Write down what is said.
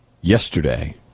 yesterday